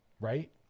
right